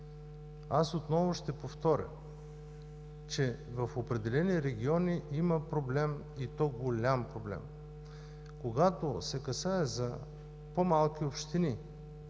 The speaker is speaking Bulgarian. Аз отново ще повторя, че в определени региони има проблем, и то голям проблем. Когато се касае за по-малки общини,